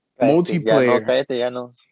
Multiplayer